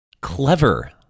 clever